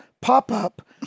pop-up